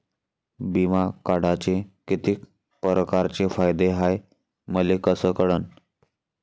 बिमा काढाचे कितीक परकारचे फायदे हाय मले कस कळन?